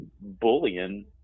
bullying